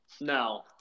No